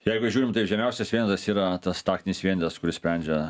jeigu žiūrim tai žemiausias vienetas yra tas taktinis vienetas kuris sprendžia